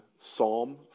psalm